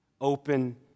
open